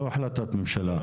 לא החלטת ממשלה.